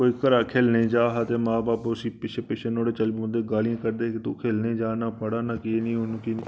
कोई घरै दा खेलने गी जा ते मां बब्ब उसी पिच्छें पिच्छै नुहाड़ै चली पौंदे उसी गालीं कड्ढदे कि तूं खेलने जा ना पढ़ा ना की निं हून की नि